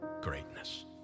greatness